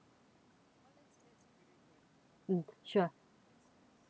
mm sure